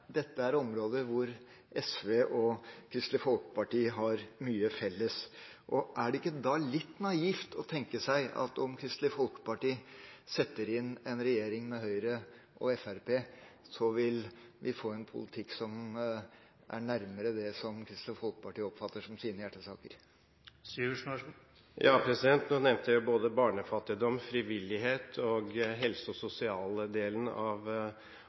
Kristelig Folkeparti setter inn en regjering med Høyre og Fremskrittspartiet, så vil vi få en politikk som er nærmere det som Kristelig Folkeparti oppfatter som sine hjertesaker? Nå nevnte jeg både barnefattigdom, frivillighet og den helse- og sosiale delen av